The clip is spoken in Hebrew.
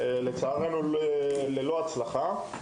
לצערנו ללא הצלחה.